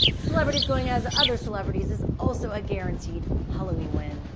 celebrities going as other celebrities is also a guaranteed halloween win.